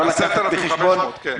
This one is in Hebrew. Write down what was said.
10,500, כן.